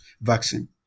vaccine